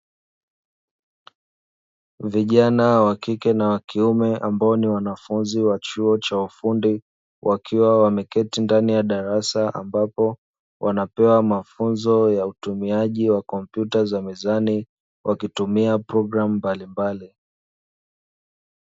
Vijana wa kike na wa kiume ambao ni wanafunzi wa chuo cha ufundi, wakiwa wameketi ndani ya darasa, ambapo wanapewa mafunzo ya utumiaji wa kompyuta za mezani, wakitumia programu mbalimbali.